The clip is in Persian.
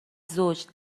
زوج